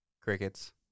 Crickets